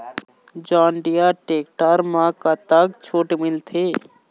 John Deere tractor म कतक छूट मिलथे?